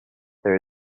there